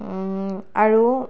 আৰু